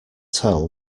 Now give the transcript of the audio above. tell